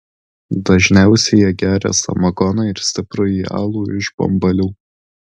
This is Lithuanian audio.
dažniausiai jie geria samagoną ir stiprųjį alų iš bambalių